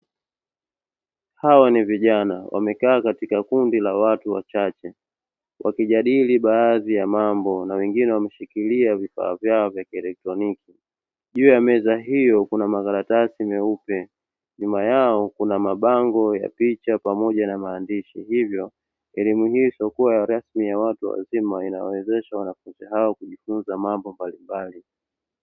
Hao ni vijana wamekaa katika kundi la watu wachache wakijadili baadhi ya mambo na wengine wameshikilia vifaa vyao vya kielektroniki. Juu ya meza hiyo kuna makaratasi meupe, nyuma yao kuna mabango ya picha pamoja na maandishi; hivyo elimu hii isiyokuwa ya rasmi ya watu wazima inawezesha wanafunzi hao kujifunza mambo mbalimbali.